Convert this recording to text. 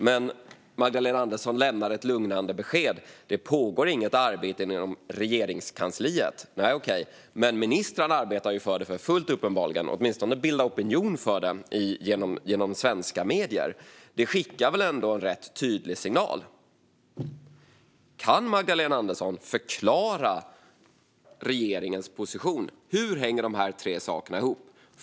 Men Magdalena Andersson lämnar ett lugnande besked: Det pågår inget arbete inom Regeringskansliet. Okej, men ministrarna arbetar uppenbarligen för fullt för det, åtminstone med att bilda opinion för det genom svenska medier. Det skickar väl ändå en rätt tydlig signal? Kan Magdalena Andersson förklara regeringens position? Hur hänger de här tre sakerna ihop?